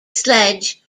sledge